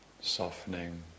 softening